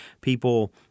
people